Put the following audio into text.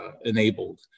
enabled